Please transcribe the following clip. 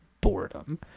boredom